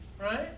right